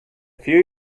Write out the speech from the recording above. few